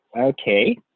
okay